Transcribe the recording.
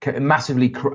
massively